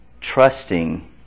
trusting